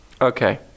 Okay